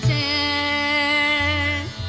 a